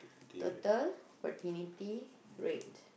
total fertility rate